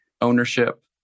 ownership